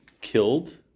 killed